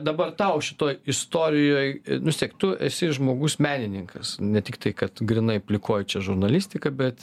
dabar tau šitoj istorijoj nu stiek tu esi žmogus menininkas ne tiktai kad grynai plikoji čia žurnalistika bet